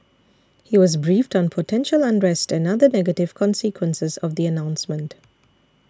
he was briefed on potential unrest and other negative consequences of the announcement